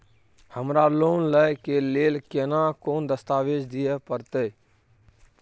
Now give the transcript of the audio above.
हमरा लोन लय के लेल केना कोन दस्तावेज दिए परतै?